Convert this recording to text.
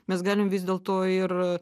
mes galime vis dėl to ir